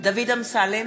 דוד אמסלם,